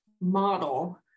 model